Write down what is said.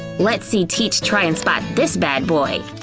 let's see teach try and spot this bad boy.